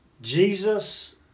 jesus